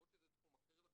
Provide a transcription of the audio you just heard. למרות שזה תחום אחר לחלוטין,